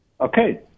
Okay